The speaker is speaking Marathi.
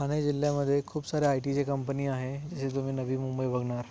ठाणे जिल्ह्यामध्ये खूप साऱ्या आय टीची कंपनी आहे जे तुम्ही नवी मुंबई बघणार